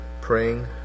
praying